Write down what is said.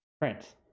print